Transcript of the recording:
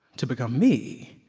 to become me,